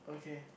okay